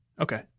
Okay